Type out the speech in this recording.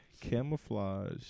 camouflage